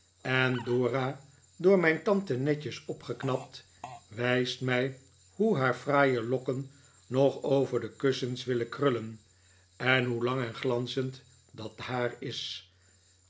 en dora door mijn tante netjes opgeknapt wijst mij hoe haar fraaie lokken nog over het kussen willen krullen en hoe lang en glanzend dat haar is